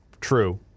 true